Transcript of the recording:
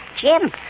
Jim